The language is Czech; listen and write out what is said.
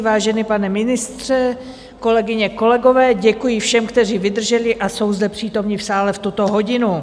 Vážený pane ministře, kolegyně, kolegové, děkuji všem, kteří vydrželi a jsou zde přítomni v sále v tuto hodinu.